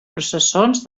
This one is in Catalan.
processons